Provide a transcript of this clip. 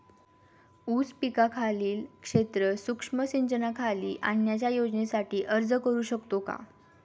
ऊस पिकाखालील क्षेत्र सूक्ष्म सिंचनाखाली आणण्याच्या योजनेसाठी अर्ज करू शकतो का?